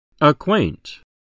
Acquaint